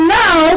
now